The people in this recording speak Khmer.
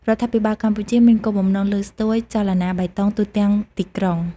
រដ្ឋាភិបាលកម្ពុជាមានគោលបំណងលើកស្ទួយចលនាបៃតងទូទាំងទីក្រុង។